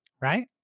right